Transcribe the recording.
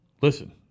listen